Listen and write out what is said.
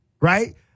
right